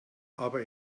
aber